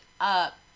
up